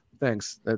Thanks